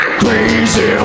crazy